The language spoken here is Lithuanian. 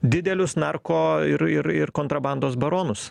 didelius narko ir ir ir kontrabandos baronus